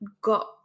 got